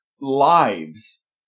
lives